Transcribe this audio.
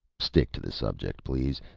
stick to the subject, please.